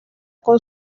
con